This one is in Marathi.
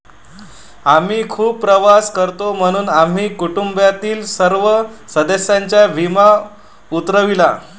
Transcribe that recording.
आम्ही खूप प्रवास करतो म्हणून आम्ही कुटुंबातील सर्व सदस्यांचा विमा उतरविला